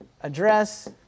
address